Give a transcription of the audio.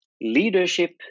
leadership